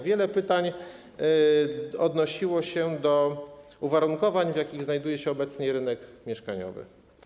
Wiele pytań odnosiło się do uwarunkowań, w jakich działa obecnie rynek mieszkaniowy.